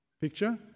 picture